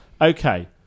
okay